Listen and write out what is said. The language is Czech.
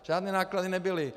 Žádné náklady nebyly.